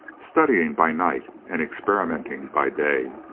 studying by night and experimenting by day.